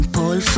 Paul